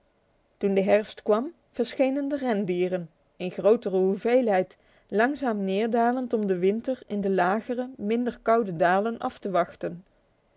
toen de herfst kwam verschenen de rendieren in grotere hoeveelheid langzaam neerdalend om de winter in de lagere minder koude dalen af te wachten